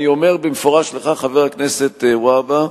אני אומר במפורש לך, חבר הכנסת והבה: